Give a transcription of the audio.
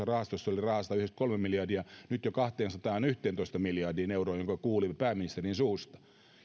jolloin rahastoissa oli rahaa satayhdeksänkymmentäkolme miljardia nyt jo kahteensataanyhteentoista miljardiin euroon minkä kuulimme pääministerin suusta